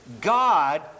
God